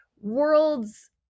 worlds